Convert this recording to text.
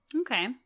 Okay